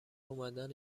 اومدن